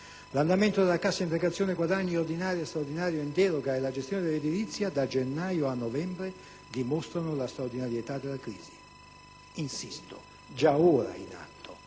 L'andamento della cassa integrazione guadagni, ordinaria, straordinaria e in deroga, e la gestione dell'edilizia, da gennaio a novembre, dimostrano la straordinarietà della crisi - insisto - già ora in atto.